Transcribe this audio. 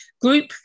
group